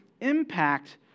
impact